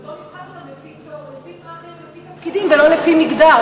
אבל בואו נבחן אותם לפי צרכים ולפי תפקידים ולא לפי מגדר.